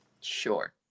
Sure